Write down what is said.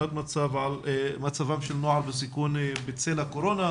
תמונת מצב על מצבם של נוער בסיכון בצל הקורונה,